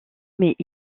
mais